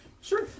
Sure